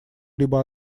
либо